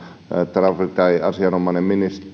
trafi tai asianomainen